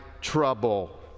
trouble